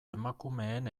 emakumeen